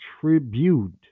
Tribute